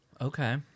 Okay